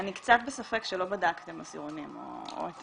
אני קצת בספק שלא בדקתם עשירונים או את